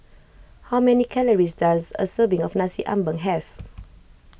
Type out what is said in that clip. how many calories does a serving of Nasi Ambeng have